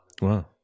Wow